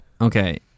Okay